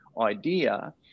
idea